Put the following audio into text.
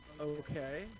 Okay